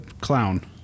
clown